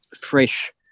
Fresh